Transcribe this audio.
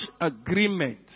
agreement